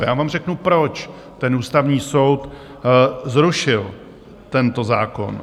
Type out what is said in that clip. A já vám řeknu, proč Ústavní soud zrušil tento zákon.